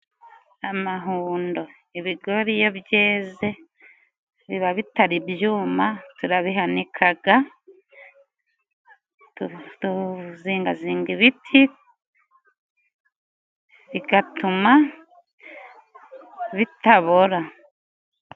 Amahundo, ibigori iyo byeze biba bitari byuma, turabihanikaga, tuzingazinga ibiti bigatuma bitabora.